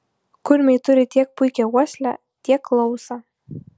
kurmiai turi tiek puikią uoslę tiek klausą